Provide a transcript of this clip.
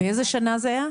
באיזו שנה זה היה?